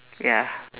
ya